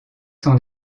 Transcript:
son